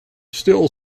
still